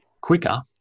quicker